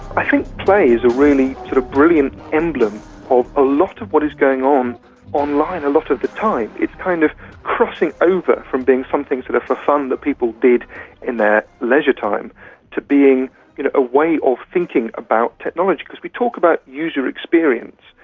i think play is a really sort of brilliant emblem of a lot of what is going on online a lot of the time. it's kind of crossing over from being something sort of for fun that people did in their leisure time to being you know a way of thinking about technology. because we talk about user experience,